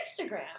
Instagram